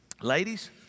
Ladies